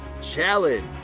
challenge